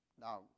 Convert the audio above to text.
Now